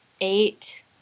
eight